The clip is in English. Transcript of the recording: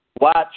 Watch